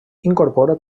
incorpora